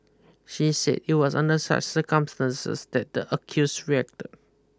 she said it was under such circumstances that the accused reacted